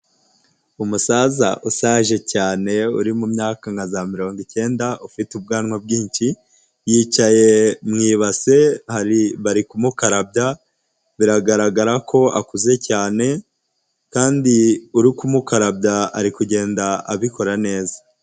Umusaza ushaje cyane uri mu myaka nka za mirongo icyenda ufite ubwanwa bwinshi, yicaye mu ibase bari kumukarabya biragaragara ko akuze cyane, kandi uri kumukarabya ari kugenda abikora neza.